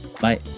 Bye